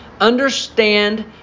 understand